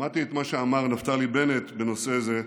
שמעתי את מה שאמר נפתלי בנט בנושא זה.